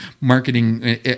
marketing